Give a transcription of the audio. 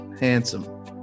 handsome